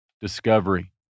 discovery